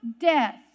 death